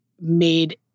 made